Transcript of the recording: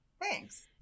Thanks